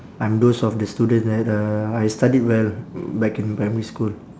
I'm those of the student that uh I studied well back in primary school